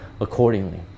accordingly